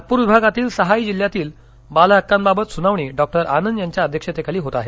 नागपुर विभागातील सहाही जिल्हयातील बाल हक्कांबाबत सुनावणी डॉक्टर आनंद यांच्या अध्यक्षतेखाली होत आहे